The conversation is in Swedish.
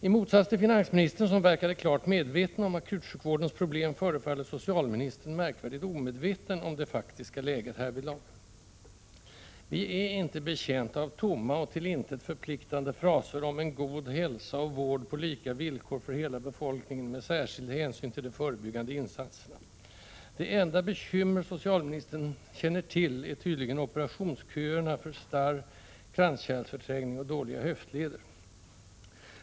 I motsats till finansministern, som verkade klart medveten om akutsjukvårdens problem, förefaller socialministern märkvärdigt omedveten om det faktiska läget härvidlag. Vi är inte betjänta av tomma och till intet förpliktande fraser om ”en god hälsa och en vård på lika villkor för hela befolkningen ——— med särskild tonvikt på de förebyggande insatserna”. Det enda bekymmer socialministern känner till är tydligen operationsköerna för starr, kranskärlsförträngning och dåliga höftleder.